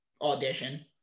Audition